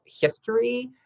history